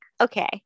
okay